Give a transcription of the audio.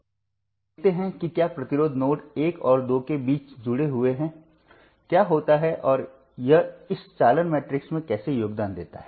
अब देखते हैं कि क्या प्रतिरोध नोड्स एक और दो के बीच जुड़े हुए हैं क्या होता है और यह इस चालन मैट्रिक्स में कैसे योगदान देता है